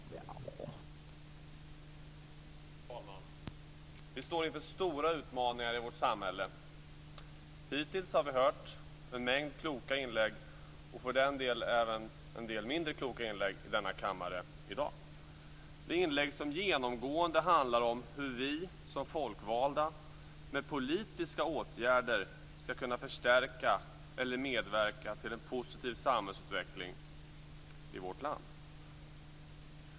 Fru talman! Vi står inför stora utmaningar i vårt samhälle. Hittills har vi hört en mängd kloka inlägg - och för den delen även mindre kloka inlägg - i denna kammare. Det är inlägg som genomgående handlar om hur vi som folkvalda med politiska åtgärder skall kunna förstärka eller medverka till en positiv samhällsutveckling i vårt land.